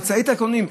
חצאי טייקונים.